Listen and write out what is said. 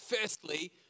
Firstly